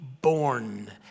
born